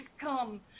come